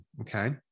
okay